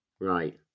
Right